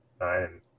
nine